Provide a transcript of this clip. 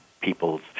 people's